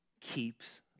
keeps